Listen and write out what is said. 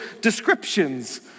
descriptions